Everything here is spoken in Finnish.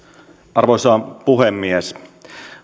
arvoisa puhemies